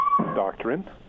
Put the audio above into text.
doctrine